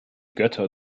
götter